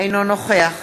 אינו נוכח